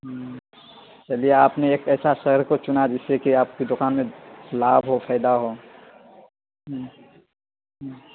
ہوں چلیے آپ نے ایک ایسا سر کو چنا جس سے کہ آپ کی دکان میں لابھ ہو فائدہ ہو ہوں ہوں